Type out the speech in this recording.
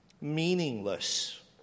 meaningless